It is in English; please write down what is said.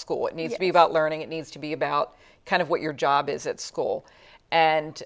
school it needs to be about learning it needs to be about kind of what your job is at school and